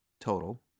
total